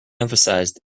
emphasized